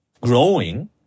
growing